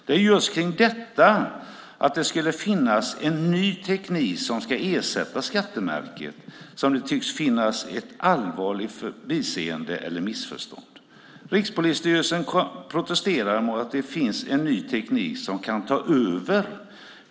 Det är just när det gäller detta - att det skulle finnas en ny teknik som ska ersätta skattemärket - som det tycks finnas ett allvarligt förbiseende eller missförstånd. Rikspolisstyrelsen protesterar mot att det finns en ny teknik som kan ta över.